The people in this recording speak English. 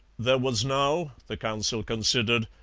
there was now, the council considered,